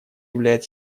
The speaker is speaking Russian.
являет